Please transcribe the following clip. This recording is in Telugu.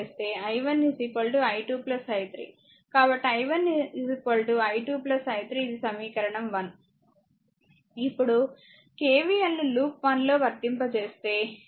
కాబట్టి i1 i2 i3 ఇది సమీకరణం 1 ఇప్పుడు KVL ను లూప్ 1 లో వర్తింపజేస్తే లూప్ 1 లో KVL ను వర్తించండి